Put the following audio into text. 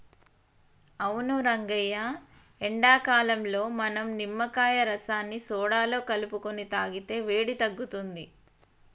అవును రంగయ్య ఎండాకాలంలో మనం నిమ్మకాయ రసాన్ని సోడాలో కలుపుకొని తాగితే వేడి తగ్గుతుంది